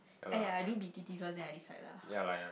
I do B B T first lah then I decide lah